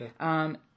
Okay